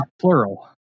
plural